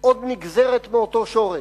עוד נגזרת מאותו שורש,